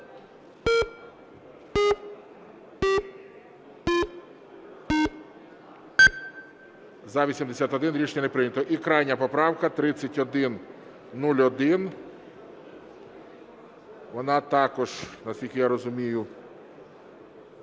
За-81 Рішення не прийнято. І крайня поправка 3101. Вона також, наскільки я розумію…